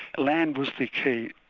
land was the key.